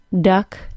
duck